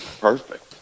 perfect